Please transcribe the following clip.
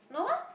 no ah